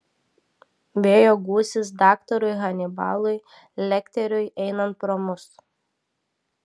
vėjo gūsis daktarui hanibalui lekteriui einant pro mus